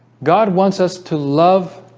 god wants us to love